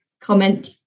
comment